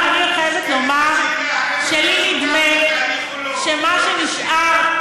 אני רק חייבת לומר שלי נדמה שמה שנשאר,